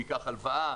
הוא ייקח הלוואה,